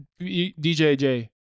DJJ